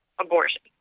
abortion